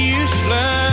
useless